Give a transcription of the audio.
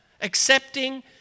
accepting